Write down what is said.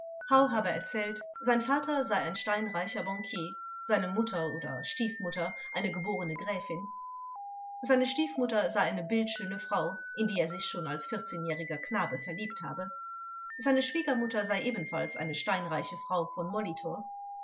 habe erzählt sein vater sei ein steinreicher bankier seine mutter oder stiefmutter eine geborene gräfin seine stiefmutter sei eine bildschöne frau in die er sich schon als vierzehnjähriger knabe verliebt habe seine schwiegermutter sei ebenfalls eine steinreiche frau von molitor